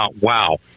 wow